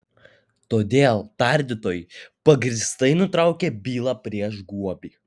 todėl tardytojai pagrįstai nutraukė bylą prieš guobį